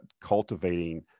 cultivating